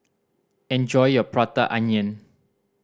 enjoy your Prata Onion